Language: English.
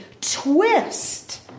twist